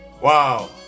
Wow